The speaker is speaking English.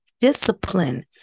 discipline